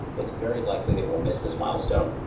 it's very likely they will miss this milestone,